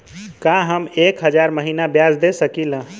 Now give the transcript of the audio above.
का हम एक हज़ार महीना ब्याज दे सकील?